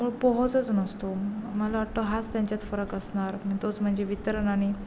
मूळ पोहोचच नसतो मला वाटतं हाच त्यांच्यात फरक असणार मग तोच म्हणजे वितरण आणि